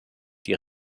die